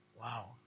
Wow